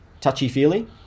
touchy-feely